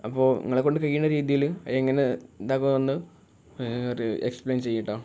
അപ്പോൾ ഇങ്ങളെ കൊണ്ട് കഴിയുന്ന രീതിയിൽ എങ്ങനെ ഇതാക്കാം എന്ന് ഒരു എക്സ്പ്ലെയിൻ ചെയ്യുക കേട്ടോ